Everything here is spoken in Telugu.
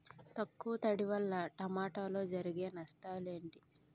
తక్కువ తడి వల్ల టమోటాలో జరిగే నష్టాలేంటి?